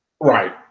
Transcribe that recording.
right